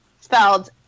spelled